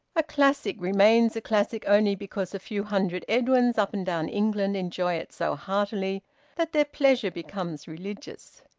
a classic remains a classic only because a few hundred edwins up and down england enjoy it so heartily that their pleasure becomes religious.